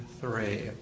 three